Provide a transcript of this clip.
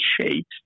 shape